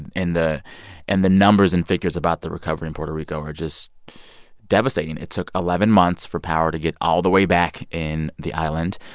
and the and the numbers and figures about the recovery in puerto rico are just devastating it took eleven months for power to get all the way back in the island.